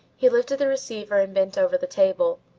he lifted the receiver and bent over the table,